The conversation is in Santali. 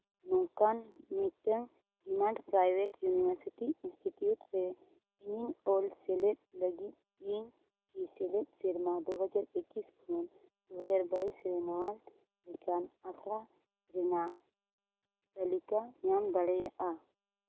ᱱᱚᱝᱠᱟᱱ ᱢᱤᱫᱴᱟᱹᱝ ᱰᱤᱢᱮᱰ ᱯᱨᱟᱭᱵᱷᱮᱴ ᱤᱭᱩᱱᱤᱵᱷᱟᱨᱥᱤᱴᱤ ᱤᱱᱥᱴᱤᱴᱤᱭᱩᱴ ᱨᱮ ᱤᱧᱟᱹᱜ ᱚᱞ ᱥᱮᱞᱮᱫ ᱞᱟᱹᱜᱤᱫ ᱤᱧ ᱠᱚ ᱥᱮᱞᱮᱫ ᱥᱮᱨᱢᱟ ᱫᱩ ᱦᱟᱡᱟᱨ ᱮᱠᱤᱥ ᱠᱷᱚᱱ ᱫᱩ ᱦᱟᱡᱟᱨ ᱵᱟᱭᱤᱥ ᱨᱮᱱᱟᱜᱽ ᱢᱤᱫᱴᱟᱱ ᱟᱥᱲᱟ ᱨᱮᱱᱟᱜ ᱛᱟᱹᱞᱤᱠᱟ ᱧᱟᱢ ᱫᱟᱲᱮᱭᱟᱜᱼᱟ